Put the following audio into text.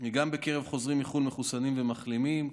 גם בקרב חוזרים מחו"ל מחוסנים ומחלימים.